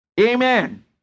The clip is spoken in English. Amen